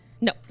No